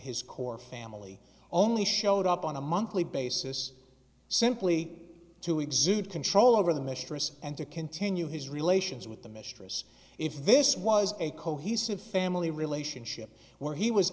his core family only showed up on a monthly basis simply to exude control over the mistress and to continue his relations with the mistress if this was a cohesive family relationship where he was